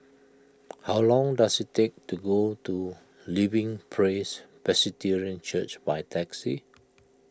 how long does it take to go to Living Praise Presbyterian Church by taxi